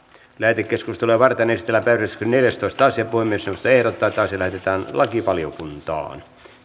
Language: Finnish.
lähetekeskustelua varten esitellään päiväjärjestyksen neljästoista asia puhemiesneuvosto ehdottaa että asia lähetetään lakivaliokuntaan